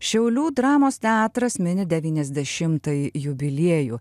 šiaulių dramos teatras mini devyniasdešimtąjį jubiliejų